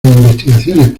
investigaciones